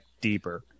deeper